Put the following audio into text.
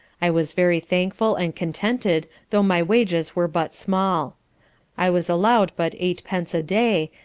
i was very thankful and contented though my wages were but small i was allowed but eight pence a day,